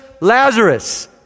Lazarus